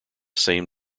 same